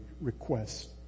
request